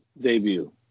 debut